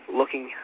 looking